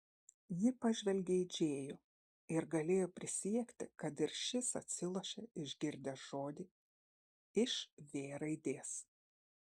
ji pažvelgė į džėjų ir galėjo prisiekti kad ir šis atsilošė išgirdęs žodį iš v raidės